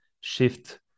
shift